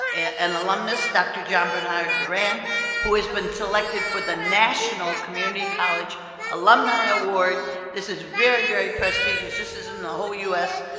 an alumnus dr. john bernard duran who has been selected for the national community college alumni award this is very very prestigious this is in the whole us